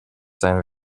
sein